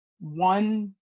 one